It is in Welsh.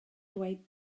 dweud